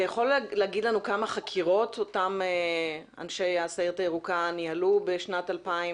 אתה יכול לומר לנו כמה חקירות אותם אנשי הסיירת הירוקה ניהלו בשנת 2019?